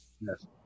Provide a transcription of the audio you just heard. Yes